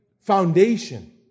foundation